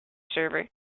server